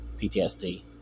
PTSD